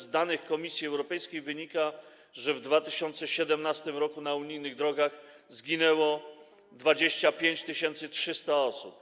Z danych Komisji Europejskiej wynika, że w 2017 r. na unijnych drogach zginęło 25 300 osób.